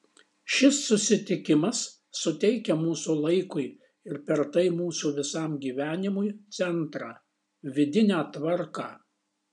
šis susitikimas suteikia mūsų laikui ir per tai mūsų visam gyvenimui centrą vidinę tvarką